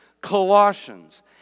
Colossians